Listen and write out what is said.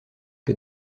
que